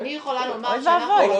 אוי ואבוי.